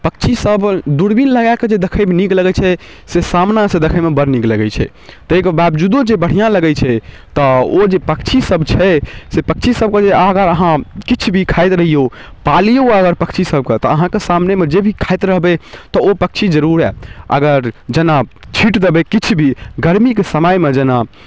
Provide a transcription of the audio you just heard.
पक्षीसब दूरबीन लगाकऽ जे देखैमे नीक लगै छै से सामनासँ देखैमे बड़ नीक लगै छै ताहिके बावजूदो जे बढ़िआँ लगै छै तऽ ओ जे पक्षीसब छै से पक्षीसबके जे आगा अहाँ किछु भी खाइत रहिऔ पालिऔ अगर पक्षीसबके तऽ अहाँके सामनेमे जे भी खाइत रहबै तऽ ओ पक्षी जरूर आएत अगर जेना छीटि देबै किछु भी गरमीके समयमे जेना